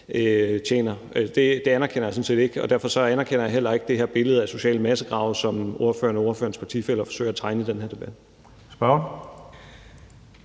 tjener. Det anerkender jeg sådan set ikke, og derfor anerkender jeg heller ikke det her billede af sociale massegrave, som ordføreren og ordførerens partifælle har forsøgt at tegne i den her debat. Kl.